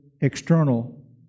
external